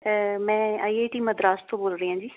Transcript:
ਮੈਂ I I T Madras ਤੋਂ ਬੋਲ ਰਹੀ ਹਾਂ ਜੀ